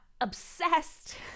obsessed